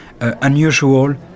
unusual